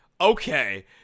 Okay